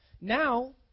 Now